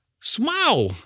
Smile